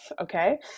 Okay